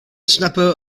snapper